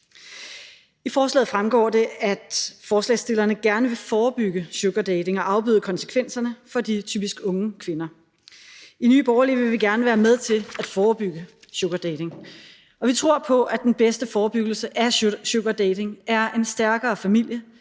af forslaget, at forslagsstillerne gerne vil forebygge sugardating og afbøde konsekvenserne af det for de typisk unge kvinder. I Nye Borgerlige vil vi gerne være med til at forebygge sugardating, og vi tror på, at den bedste forebyggelse af sugardating er en stærkere familie